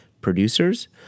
producers